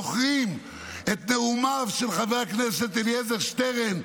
זוכרים את נאומיו של חבר הכנסת אלעזר שטרן,